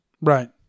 Right